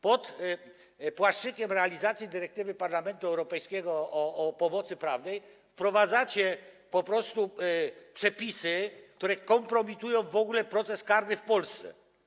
Pod płaszczykiem realizacji dyrektywy Parlamentu Europejskiego o pomocy prawnej wprowadzacie po prostu przepisy, które kompromitują w ogóle proces karny w Polsce.